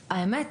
האמת,